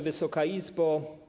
Wysoka Izbo!